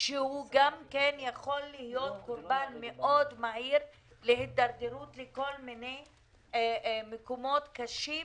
שיכול להיות קורבן מהיר מאוד להידרדרות לכל מיני מקומות קשים,